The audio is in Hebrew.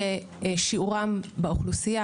כשיעורם באוכלוסייה,